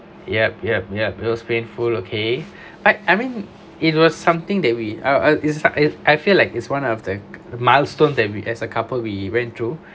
yup yup yeup those painful okay I I mean it was something that we uh I feel like is one of the milestone that we as a couple we went through